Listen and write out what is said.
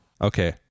Okay